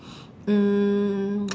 mm